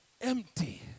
Empty